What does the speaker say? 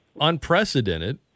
unprecedented